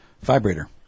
Vibrator